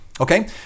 Okay